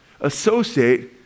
Associate